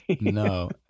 No